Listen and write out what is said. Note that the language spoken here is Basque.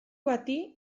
bati